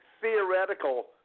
theoretical